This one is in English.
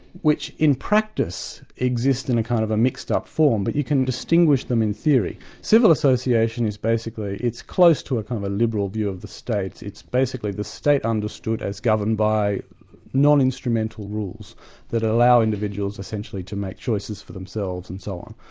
which in practice exist in a kind of mixed up form, but you can distinguish them in theory. civil association is basically, it's close to a kind of a liberal view of the states. it's basically the state understood as governed by non-instrumental rules that allow individuals essentially to make choices for themselves and so on.